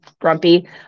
grumpy